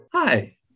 Hi